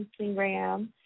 Instagram